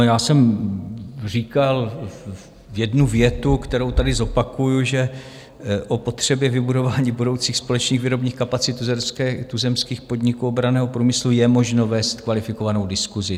Já jsem říkal jednu větu, kterou tady zopakuji, že o potřebě vybudování budoucích společných výrobních kapacit tuzemských podniků obranného průmyslu je možno vést kvalifikovanou diskusi.